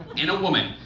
in a woman.